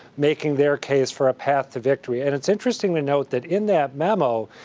making their case for a path to victory. and it's interesting to note that, in that memo,